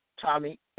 Tommy